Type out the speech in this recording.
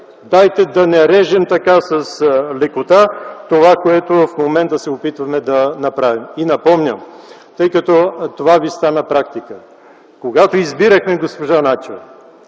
Дайте да не режем с лекота това, което в момента се опитваме да направим. И напомням, тъй като това ви стана практика – когато избирахме госпожа Начева,